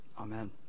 Amen